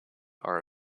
are